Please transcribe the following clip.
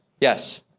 Yes